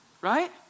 right